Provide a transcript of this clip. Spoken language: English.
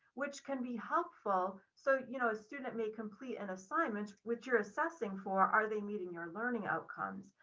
which can be helpful. so you know, a student may complete an assignment which you're assessing for, are they meeting your learning outcomes,